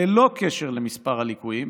ללא קשר למספר הליקויים,